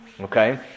Okay